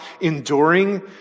enduring